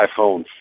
iphone